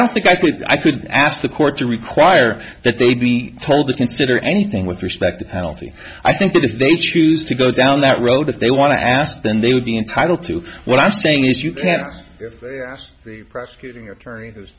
don't think i could i could ask the court to require that they be told to consider anything with respect to penalty i think that if they choose to go down that road if they want to ask then they would be entitled to what i'm saying is you cannot ask prosecuting attorney